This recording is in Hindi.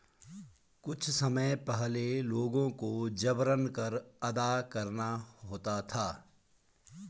कुछ समय पहले लोगों को जबरन कर अदा करना होता था